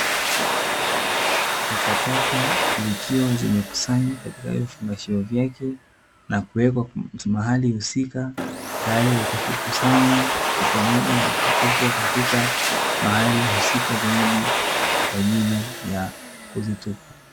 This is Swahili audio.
Takataka zikiwa zimekusanywa katika vifungashio vyake na kuwekwa mahali husika tayari kwa kukusanywa kwa pamoja na kutupwa katika mahali husika zaidi kwa ajili ya kuzitupa.